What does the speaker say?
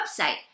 website